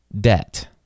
debt